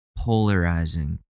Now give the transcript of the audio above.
Polarizing